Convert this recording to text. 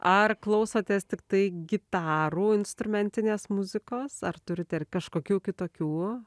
ar klausotės tiktai gitarų instrumentinės muzikos ar turit ir kažkokių kitokių